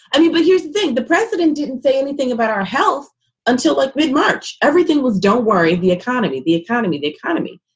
i mean, but here's the thing. the president didn't say anything about our health until like mid-march. everything was, don't worry, the economy, the economy, the economy.